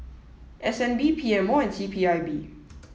S N B P M O and C P I B